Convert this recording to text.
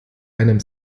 einem